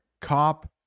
cop